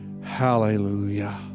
Hallelujah